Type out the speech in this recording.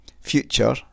future